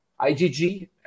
IGG